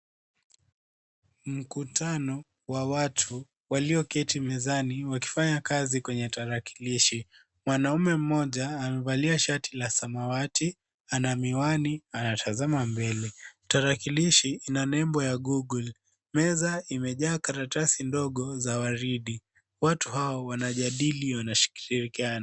Mkutano wa watu walioketi mezani wakifanya kazi kwenye tarakilishi. Mwanaume mmoja amevalia shati la samawati, ana miwani, anatazama mbele. Tarakilishi ina nembo ya Google . Meza imejaa karatasi ndogo za ua ridi. Watu hawa wanajadili au wanashirikiana.